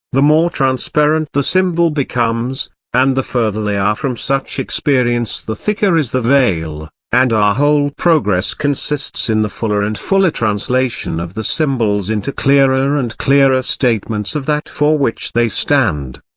the more transparent the symbol becomes and the further they are from such experience the thicker is the veil and our whole progress consists in the fuller and fuller translation of the symbols into clearer and clearer statements of that for which they stand.